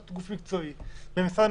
המשפטים,